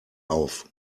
auf